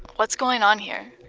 what's going on here?